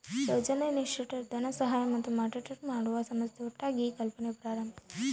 ಯೋಜನಾ initiator ಧನಸಹಾಯ ಮತ್ತು moderate ಮಾಡುವ ಸಂಸ್ಥೆ ಒಟ್ಟಾಗಿ ಈ ಕಲ್ಪನೆ ಪ್ರಾರಂಬಿಸ್ಯರ